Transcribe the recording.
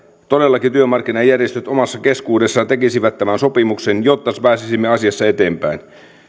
todellakin työmarkkinajärjestöt omassa keskuudessaan tekisivät tämän sopimuksen jotta pääsisimme asiassa eteenpäin